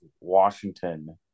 Washington